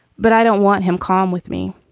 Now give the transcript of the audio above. but i don't want him calm with me.